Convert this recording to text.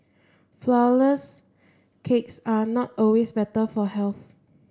flour less cakes are not always better for health